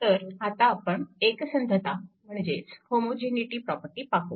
तर आपण आता एकसंधता म्हणजेच होमोजिनीटी प्रॉपर्टी पाहू